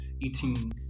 eating